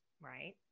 right